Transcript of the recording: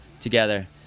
together